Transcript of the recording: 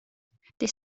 det